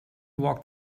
walked